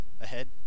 ahead